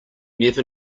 never